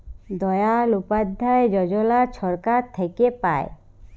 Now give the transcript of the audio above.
দয়াল উপাধ্যায় যজলা ছরকার থ্যাইকে পায়